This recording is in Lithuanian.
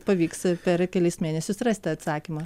pavyks per kelis mėnesius rasti atsakymą